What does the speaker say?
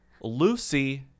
lucy